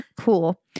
cool